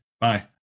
bye